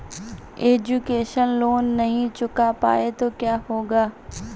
Education loan नहीं चुका पाए तो क्या होगा?